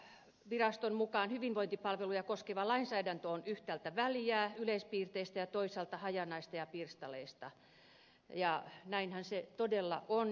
tarkastusvaliokunnan mukaan hyvinvointipalveluja koskeva lainsäädäntö on yhtäältä väljää yleispiirteistä ja toisaalta hajanaista ja pirstaleista ja näinhän se todella on